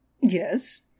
Yes